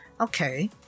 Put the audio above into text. okay